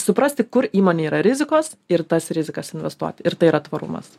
suprasti kur įmonei yra rizikos ir į tas rizikas investuoti ir tai yra tvarumas